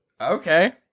Okay